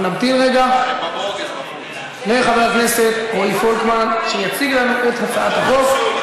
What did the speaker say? אנחנו נמתין רגע לחבר הכנסת רועי פולקמן שיציג לנו את הצעת החוק.